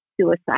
suicide